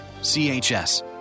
CHS